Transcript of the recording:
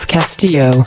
Castillo